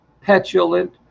petulant